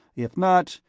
if not,